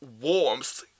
warmth